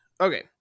Okay